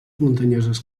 muntanyoses